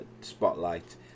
spotlight